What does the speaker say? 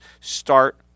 start